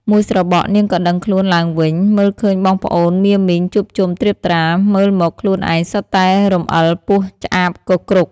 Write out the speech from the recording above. មួយស្របក់ នាងក៏ដឹងខ្លួនឡើងវិញ មើលឃើញបងប្អូនមាមីងជួបជុំត្រៀបត្រា មើលមក ខ្លួនឯងសុទ្ធតែរំអិលពស់ឆ្អាបគគ្រុក។